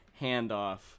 handoff